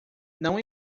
não